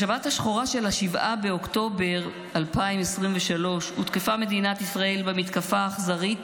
בשבת השחורה של 7 באוקטובר 2023 הותקפה מדינת ישראל במתקפה האכזרית